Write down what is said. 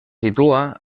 situa